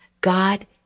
God